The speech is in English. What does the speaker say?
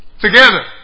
Together